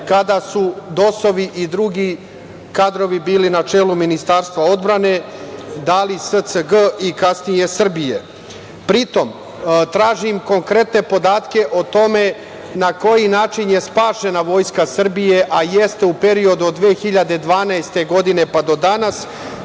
kada su DOS-ovi i drugi kadrovi bili na čelu Ministarstva odbrane, da li SCG i kasnije Srbije. Pri tome, tražim konkretne podatke o tome na koji način je spašena Vojska Srbije, a jeste u periodu od 2012. godine pa do danas,